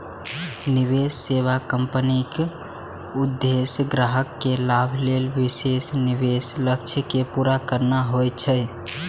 निवेश सेवा कंपनीक उद्देश्य ग्राहक के लाभ लेल विशेष निवेश लक्ष्य कें पूरा करना होइ छै